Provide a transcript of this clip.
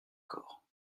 corps